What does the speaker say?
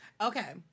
okay